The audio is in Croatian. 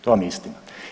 To vam je istina.